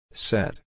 Set